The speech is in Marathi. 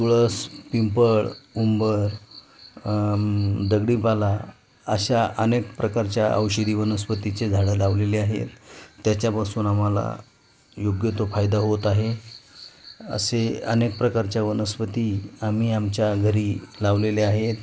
तुळस पिंपळ उंबर दगडीपाला अशा अनेक प्रकारच्या औषधी वनस्पतीचे झाडं लावलेले आहेत त्याच्यापासून आम्हाला योग्य तो फायदा होत आहे असे अनेक प्रकारच्या वनस्पती आम्ही आमच्या घरी लावलेले आहेत